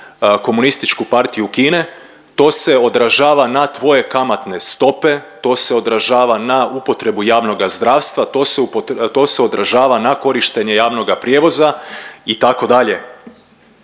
Komunističku partiju Kine to se odražava na tvoje kamatne stope, to se odražava na upotrebu javnoga zdravstva, to se upotre… to se odražava na korištenje javnoga prijevoza itd.